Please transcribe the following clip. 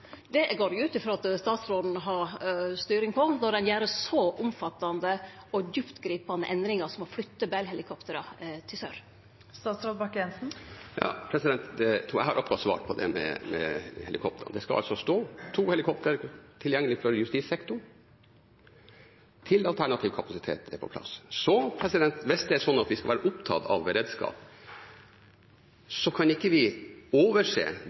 Det går eg ut frå at statsråden har styring på når ein gjer så omfattande og djuptgripande endringar som å flytte Bell-helikoptera til sør. Jeg har akkurat svart på det med helikoptrene. Det skal altså stå to helikoptre tilgjengelig for justissektoren til alternativ kapasitet er på plass. Hvis det er slik at vi skal være opptatt av beredskap, kan vi ikke overse det faktum at vi